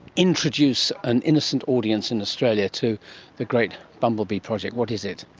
introduce an innocent audience in australia to the great bumblebee project. what is it?